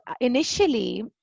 initially